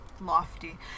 lofty